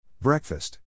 Breakfast